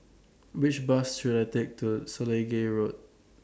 Which Bus should I Take to Selegie Road